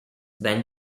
then